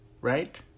Right